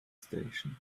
station